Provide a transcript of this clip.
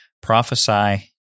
prophesy